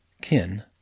Kin